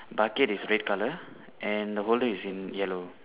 bucket is red colour and the holder is in yellow